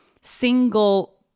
single